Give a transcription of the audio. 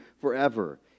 forever